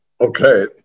Okay